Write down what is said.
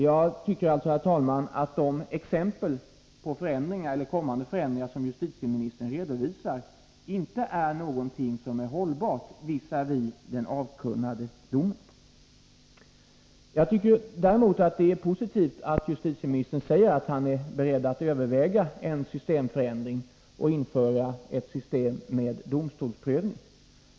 Jag tycker alltså, herr talman, att de exempel på förändringar eller kommande förändringar som justitieministern redovisar inte är hållbara visavi den avkunnade domen. Jag tycker däremot att det är positivt att justitieministern säger att han är beredd att överväga en systemförändring och införa ett system med domstolsprövning.